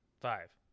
five